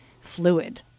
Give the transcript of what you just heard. fluid